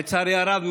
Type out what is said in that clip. לצערי הרב,